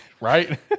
Right